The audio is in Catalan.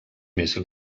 més